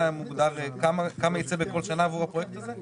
מוגדר כמה ייצא כל שנה עבור הפרויקט הזה?